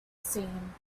scene